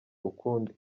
ukundi